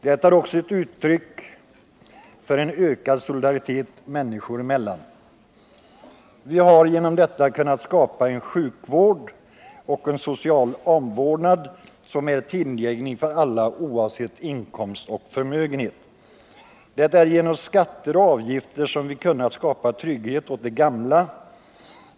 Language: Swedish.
Det är också ett uttryck för en ökad solidaritet människor emellan. Vi har genom detta kunnat skapa en sjukvård och en social omvårdnad, som är tillgänglig för alla oavsett inkomst och förmögenhet. Det är genom skatter och avgifter som vi har kunnat skapa trygghet åt de gamla.